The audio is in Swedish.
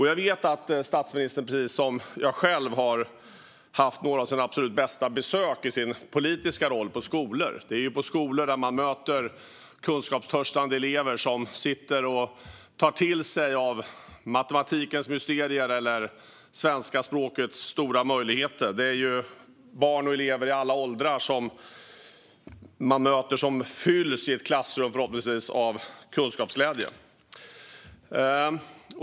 Jag vet att statsministern precis som jag själv har haft några av sina absolut bästa besök i sin politiska roll på skolor. Det är ju på skolorna man möter kunskapstörstande elever som sitter och tar till sig av matematikens mysterier eller svenska språkets stora möjligheter. Det är där man möter barn och elever i alla åldrar i klassrum som förhoppningsvis fylls av kunskapsglädje.